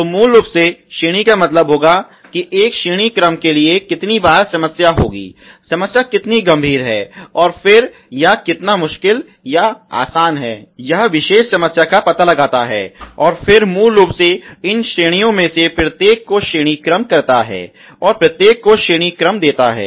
तो मूल रूप से श्रेणी का मतलब होगा कि एक श्रेणी क्रम के लिए कितनी बार समस्या होगी समस्या कितनी गंभीर है और फिर यह कितना मुश्किल या आसान है यह विशेष समस्या का पता लगाता है और फिर मूल रूप से इन श्रेणियों में से प्रत्येक को श्रेणी क्रम करता है और प्रत्येक को श्रेणी क्रम देता है